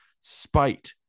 Spite